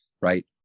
right